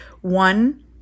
one